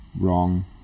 wrong